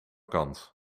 kans